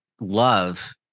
love